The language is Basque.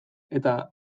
eta